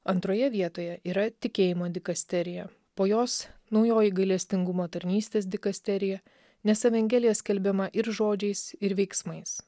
antroje vietoje yra tikėjimo dikasterija po jos naujoji gailestingumo tarnystės dikasterija nes evangelija skelbiama ir žodžiais ir veiksmais